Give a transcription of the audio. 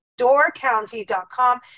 doorcounty.com